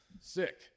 Sick